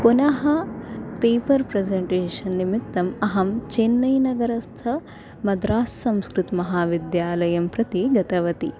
पुनः paper presentation निमित्तम् अहं चेन्नै नगरस्थमद्रास् संस्कृतमहाविद्यालयं प्रति गतवती